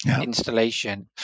installation